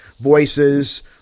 voices